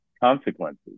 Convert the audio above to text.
consequences